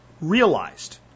realized